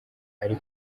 ari